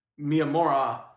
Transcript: Miyamura